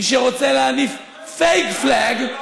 מי שרוצה להניף fake flag,